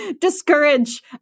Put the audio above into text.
Discourage